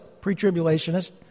pre-tribulationist